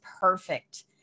perfect